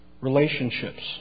Relationships